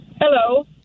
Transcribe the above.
Hello